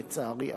לצערי,